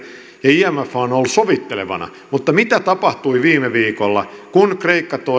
imf on ollut sovittelevana mutta mitä tapahtui viime viikolla kun kreikka